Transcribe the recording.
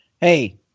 hey